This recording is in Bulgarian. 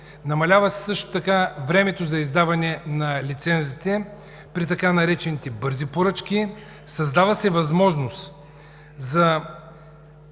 така се намалява времето за издаване на лицензите при така наречените бързи поръчки. Създава се възможност за